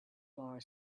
bar